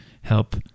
help